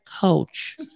coach